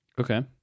Okay